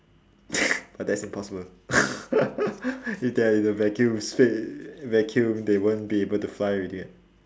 but that's impossible if they're in a vacuum in spa~ vacuum they won't be able to fly already [what]